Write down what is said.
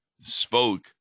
spoke